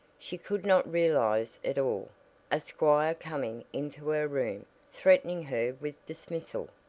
she could not realize it all a squire coming into her room threatening her with dismissal,